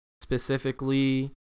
Specifically